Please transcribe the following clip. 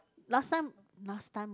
last time last time